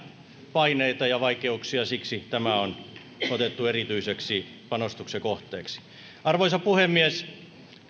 paineita ja vaikeuksia siksi tämä on otettu erityiseksi panostuksen kohteeksi arvoisa puhemies